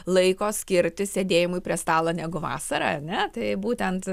laiko skirti sėdėjimui prie stalo negu vasarą ar ne taip būtent